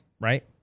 right